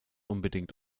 unbedingt